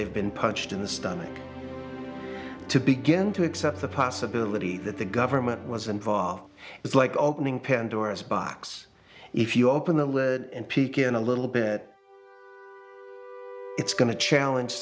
they've been punched in the stomach to begin to accept the possibility that the government was involved it's like opening pandora's box if you open the lid and peek in a little it's going to challenge